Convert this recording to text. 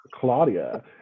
Claudia